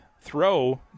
throw